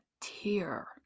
tear